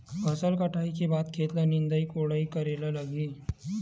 फसल कटाई के बाद खेत ल निंदाई कोडाई करेला लगही?